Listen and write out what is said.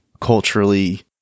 culturally